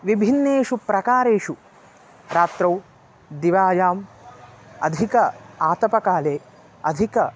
विभिन्नेषु प्रकारेषु रात्रौ दिवायाम् अधिक आतपकाले अधिक